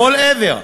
לכל עבר,